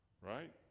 right